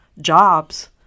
jobs